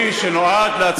כלי שנועד להציל חיים.